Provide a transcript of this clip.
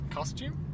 Costume